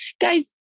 guys